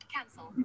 Cancel